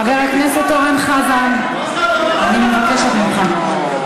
חבר הכנסת אורן חזן, אני מבקשת ממך.